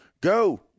go